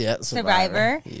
survivor